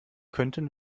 könnten